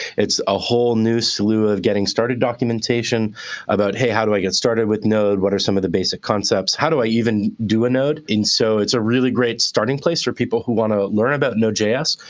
it's a whole new slew of getting started documentation about hey, how do i get started with node? what are some of the basic concepts? how do i even do a node? and so it's a really great starting place for people who want to learn about node js.